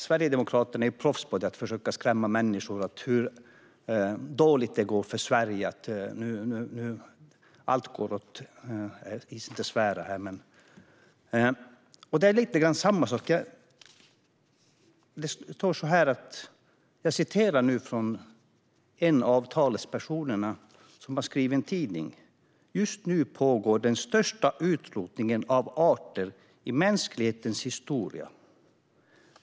Sverigedemokraterna är proffs på att försöka skrämma människor. De talar om hur dåligt det går för Sverige och att allt går åt . ja, nu ska man inte svära här. Det är lite grann samma sak med det jag läste. Jag ska citera vad en av talespersonerna här i debatten skriver i en tidning: "Just nu pågår den största utrotningen av arter i mänsklighetens historia.